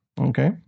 Okay